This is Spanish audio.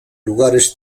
lugares